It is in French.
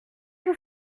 vous